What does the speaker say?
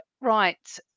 right